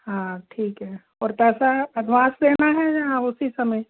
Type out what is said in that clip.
हाँ ठीक है और पैसा एडवांस देना है या उसी समय